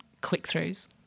click-throughs